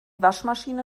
waschmaschine